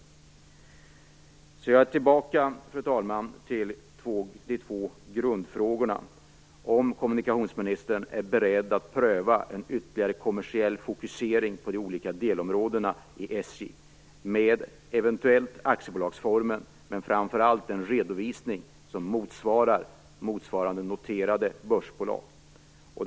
Därmed kommer jag tillbaka till de två grundfrågorna, fru talman. Den första frågan var om kommunikationsministern är beredd att pröva en ytterligare kommersiell fokusering på de olika delområdena i SJ, eventuellt med aktiebolagsform, men framför allt en redovisning som motsvarar noterade börsbolags redovisningar.